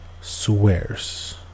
swears